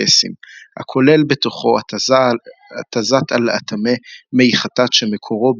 קסים הכולל בתוכו התזת על הטמא מי חטאת שמקורו